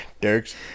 Derek's